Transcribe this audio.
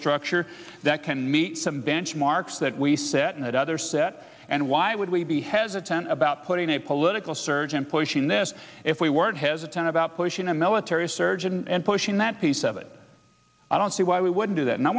structure that can meet some benchmarks that we set another set and why would we be hesitant about putting a political surge in pushing this if we weren't hesitant about pushing a military surge and pushing that piece of it i don't see why we would do that and i